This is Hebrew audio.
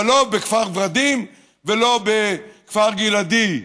אבל לא בכפר ורדים ולא בכפר גלעדי.